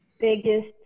biggest